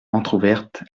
entrouverte